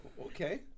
okay